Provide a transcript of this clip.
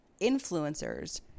influencers